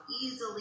easily